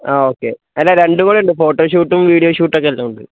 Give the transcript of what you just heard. ആ ഓക്കേ അല്ല രണ്ടും കൂടെയുണ്ട് ഫോട്ടോഷൂട്ടും വീഡിയോ ഷൂട്ടും ഒക്കെ എല്ലാമുണ്ട്